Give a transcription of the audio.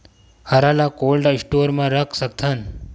हरा ल cold store म रख सकथन?